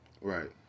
Right